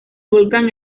volcán